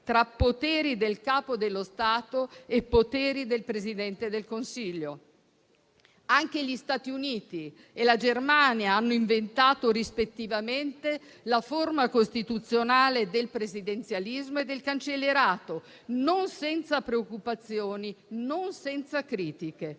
tra poteri del Capo dello Stato e poteri del Presidente del Consiglio. Anche gli Stati Uniti e la Germania hanno inventato, rispettivamente, la forma costituzionale del presidenzialismo e del cancellierato, non senza preoccupazioni, non senza critiche.